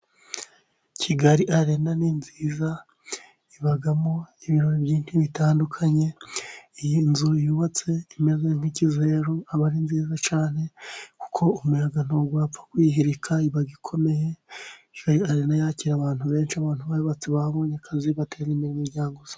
Kigali Arena ni nziza, ibamo ibiro byinshi bitandukanye. Iyo inzu yubatse imeze nk'ikizeru aba ari nziza cyane, kuko umuyaga ntabwo wapfa kuyihirika, iba ikomeye. Kigali Arena yakira abantu benshi, abantu bayubatse babonye akazi, bateza imbere imiryango yabo.